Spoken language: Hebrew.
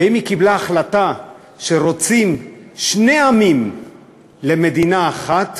ואם היא קיבלה החלטה שרוצים שני עמים למדינה אחת,